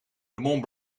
mont